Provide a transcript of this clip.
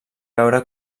veure